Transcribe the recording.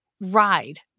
ride